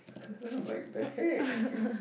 I'm like in the heck